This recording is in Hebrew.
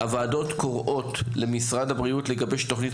הוועדות קוראות למשרד הבריאות לגבש תוכנית